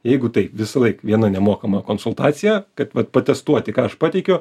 jeigu taip visąlaik viena nemokama konsultacija kad vat patestuoti ką aš pateikiu